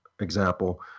example